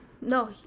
No